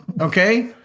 okay